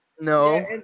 No